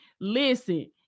Listen